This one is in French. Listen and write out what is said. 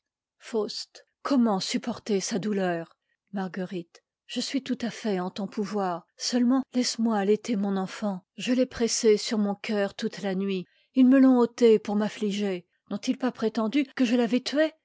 faust comment supporter sa douleur marguerite je suis tout à fait en ton pouvoir seulement laisse-moi allaiter mon enfant je l'ai pressé sur mon cœur toute la nuit ils me l'ont ôté pour m'affliger n'ont-ils pas prétendu que je l'avais k tué